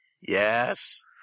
Yes